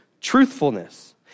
truthfulness